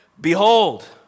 behold